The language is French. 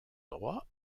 droit